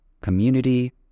community